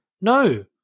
No